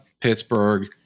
Pittsburgh